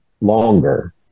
longer